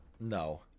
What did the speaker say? No